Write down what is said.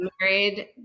married